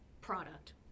product